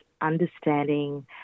understanding